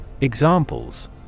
Examples